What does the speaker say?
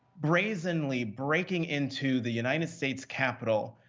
brazenly breaking into the united states capitol,